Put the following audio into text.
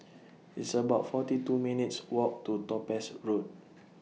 It's about forty two minutes' Walk to Topaz Road